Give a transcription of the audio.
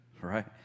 right